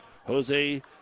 Jose